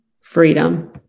Freedom